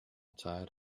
tied